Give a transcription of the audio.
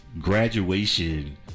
graduation